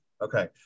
Okay